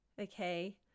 okay